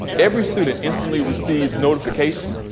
every student instantly receives notification.